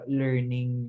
learning